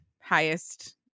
highest